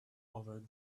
over